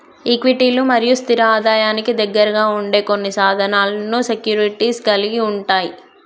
ఈక్విటీలు మరియు స్థిర ఆదాయానికి దగ్గరగా ఉండే కొన్ని సాధనాలను సెక్యూరిటీస్ కలిగి ఉంటయ్